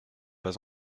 pas